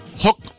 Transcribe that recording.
hook